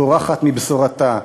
בורחת מבשורתה.